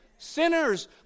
sinners